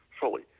fully